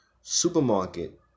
supermarket